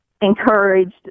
encouraged